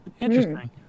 Interesting